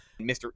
Mr